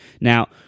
Now